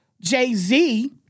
Jay-Z